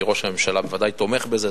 כי ראש הממשלה ודאי תומך בזה.